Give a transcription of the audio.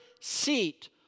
seat